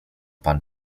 pan